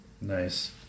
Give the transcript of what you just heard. Nice